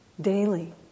daily